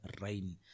rain